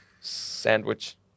sandwich